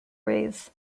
rays